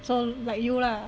so like you lah